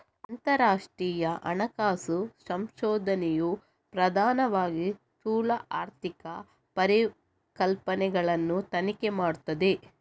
ಅಂತರರಾಷ್ಟ್ರೀಯ ಹಣಕಾಸು ಸಂಶೋಧನೆಯು ಪ್ರಧಾನವಾಗಿ ಸ್ಥೂಲ ಆರ್ಥಿಕ ಪರಿಕಲ್ಪನೆಗಳನ್ನು ತನಿಖೆ ಮಾಡುತ್ತದೆ